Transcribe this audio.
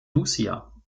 lucia